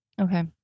Okay